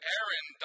Aaron